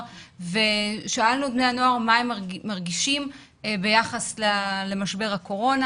ושאלנו את בני הנוער מה הם מרגישים ביחס למשבר הקורונה.